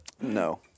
No